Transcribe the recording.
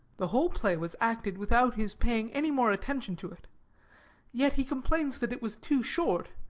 the whole play was acted without his paying any more attention to it yet he complains that it was too short,